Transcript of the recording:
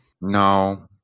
no